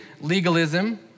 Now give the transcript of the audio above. legalism